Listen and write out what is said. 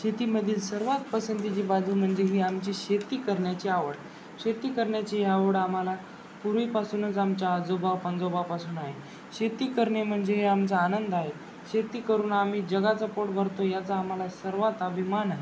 शेतीमधील सर्वात पसंतीची बाजू म्हणजे ही आमची शेती करण्याची आवड शेती करण्याची आवड आम्हाला पूर्वीपासूनच आमच्या आजोबा पणजोबापासून आहे शेती करणे म्हणजे हे आमचा आनंद आहे शेती करून आम्ही जगाचं पोट भरतो याचा आम्हाला सर्वात अभिमान आहे